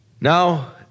Now